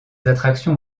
attractions